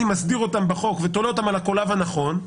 מסדיר אותן בחוק ותולה אותן על הקולב הנכון,